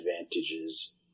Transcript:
advantages